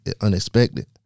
Unexpected